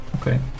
Okay